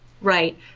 Right